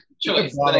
choice